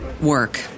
work